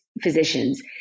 physicians